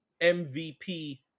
MVP